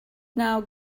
now